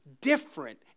different